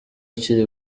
ukiri